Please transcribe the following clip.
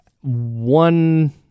one